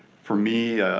for me,